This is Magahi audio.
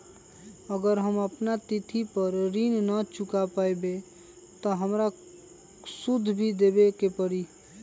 अगर हम अपना तिथि पर ऋण न चुका पायेबे त हमरा सूद भी देबे के परि?